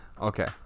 Okay